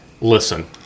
listen